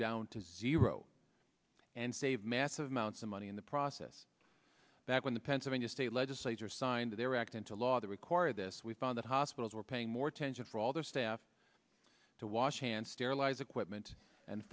down to zero and save massive amounts of money in the process that when the pennsylvania state legislature signed their act into law they require this we found that hospitals were paying more attention for all their staff to wash hands sterilize equipment and